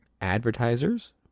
Advertisers